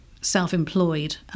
self-employed